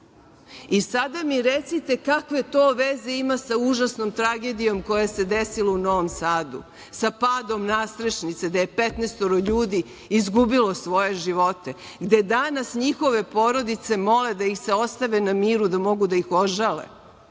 obrazovanje? Recite mi kakve to veze ima sa užasnom tragedijom koja se desila u Novom Saduk, sa padom nastrešnice, gde je 15 ljudi izgubilo svoje živote, gde danas njihove porodice mole da ih ostave na miru, da mogu da ih ožale,